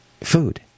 food